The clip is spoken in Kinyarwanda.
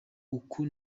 niko